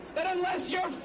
that unless yeah